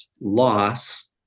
loss